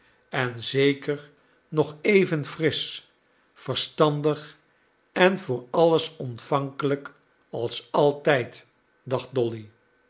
en zeker nog even frisch verstandig en voor alles ontvankelijk als altijd dacht dolly